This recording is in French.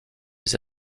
les